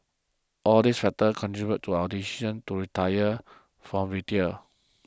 all these factors contributed to our decision to retire from retail